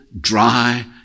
dry